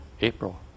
April